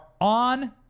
on